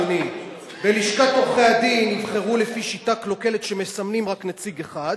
אדוני: בלשכת עורכי-הדין יבחרו לפי שיטה קלוקלת שמסמנים רק נציג אחד,